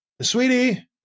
sweetie